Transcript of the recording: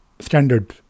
standard